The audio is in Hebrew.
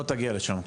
לא תגיעו לשם,